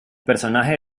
personaje